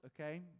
okay